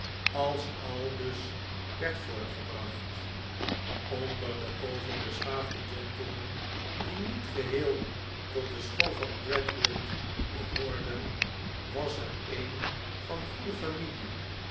als aldus werd voortgebracht onder de overbeschaafde gentlemen die niet geheel tot de school van gradgrind behoorden was er een van goede familie